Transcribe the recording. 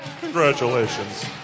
Congratulations